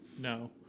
No